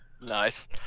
Nice